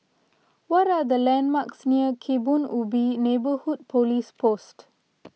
what are the landmarks near Kebun Ubi Neighbourhood Police Post